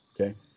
okay